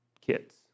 kids